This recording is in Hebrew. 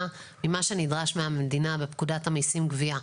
ממה שנדרש מהמדינה בפקודת המסים (גבייה).